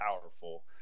powerful